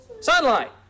Sunlight